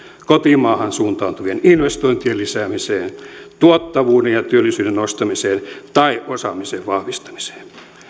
kotimaahan suuntautuvien investointien lisäämiseen tuottavuuden ja työllisyyden nostamiseen tai osaamisen vahvistamiseen